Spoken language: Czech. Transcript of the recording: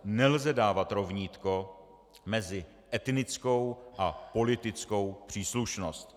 Nelze dávat rovnítko mezi etnickou a politickou příslušnost.